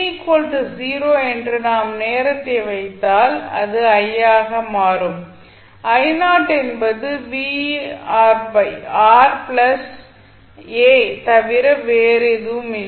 t 0 என்று நாம் நேரத்தை வைத்தால் இது 1 ஆக மாறும் என்பது தவிர வேறு ஒன்றுமில்லை